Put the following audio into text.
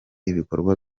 ibikorwa